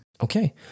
Okay